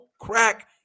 crack